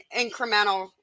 incremental